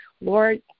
Lord